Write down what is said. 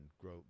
grow